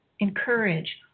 encourage